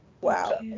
Wow